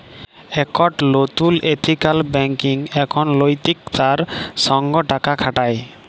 একট লতুল ethical banking এখন লৈতিকতার সঙ্গ টাকা খাটায়